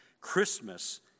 Christmas